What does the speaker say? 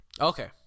Okay